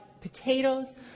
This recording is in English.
potatoes